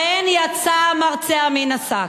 אבל למה, אכן, יצא המרצע מן השק,